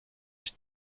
ich